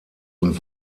und